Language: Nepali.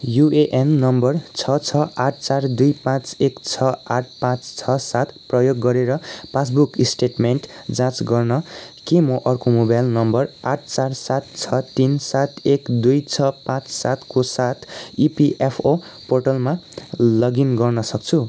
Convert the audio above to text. युएएन नम्बर छ छ आठ चार दुई पाँच एक छ आठ पाँच छ सात प्रयोग गरेर पासबुक स्टेटमेन्ट जाँच गर्न के म अर्को मोबाइल नम्बर आठ चार सात छ तीन सात एक दुई छ पाँच सात को साथ इपीएफओ पोर्टलमा लगइन गर्न सक्छु